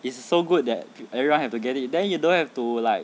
is so good that everyone have to get it then you don't have to like